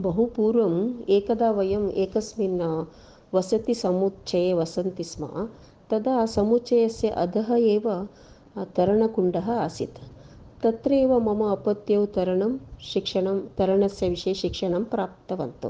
बहु पूर्वं एकदा वयम् एकस्मिन् वसतिसमुच्चये वसन्ति स्म तदा समुच्चयस्य अधः एव तरणकुण्डः आसीत् तत्रैव मम अपत्यौ तरणं शिक्षणं तरणस्य विषये शिक्षणं प्राप्तवन्तौ